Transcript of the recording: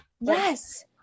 Yes